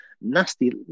nasty